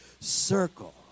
circle